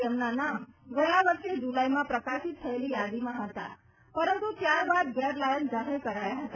જેમના નામ ગયા વર્ષે જુલાઈમાં પ્રકાશિત થયેલી યાદીમાં હતા પરંતુ ત્યારબાદ ગેરલાયક જાહેર કરાયા હતા